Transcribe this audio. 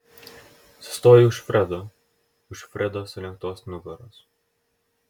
sustoju už fredo už fredo sulenktos nugaros